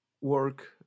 work